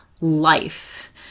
life